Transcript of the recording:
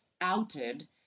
outed